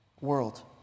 world